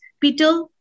Peter